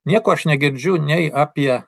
nieko aš negirdžiu nei apie